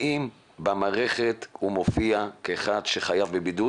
האם במערכת הוא מופיע כאחד שחייב בבידוד,